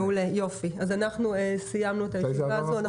מעולה, יופי, אז אנחנו סיימנו את הישיבה הזו.